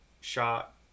shot